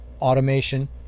Automation